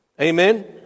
Amen